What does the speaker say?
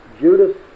Judas